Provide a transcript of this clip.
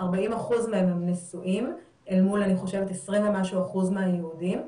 40% מהם נשואים אל מול 20% ומשהו של היהודים,